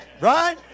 Right